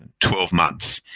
twelve months.